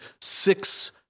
six